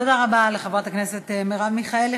תודה רבה לחברת הכנסת מרב מיכאלי.